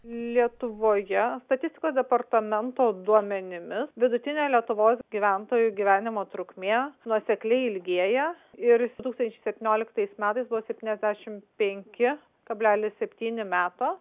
lietuvoje statistikos departamento duomenimis vidutinė lietuvos gyventojų gyvenimo trukmė nuosekliai ilgėja ir tūkstančiai septynioliktais metais buvo septyniasdešimt penki kablelis septyni meto